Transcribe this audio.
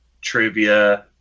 trivia